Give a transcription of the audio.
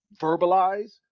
verbalize